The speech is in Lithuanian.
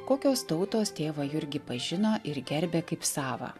kokios tautos tėvą jurgį pažino ir gerbė kaip savą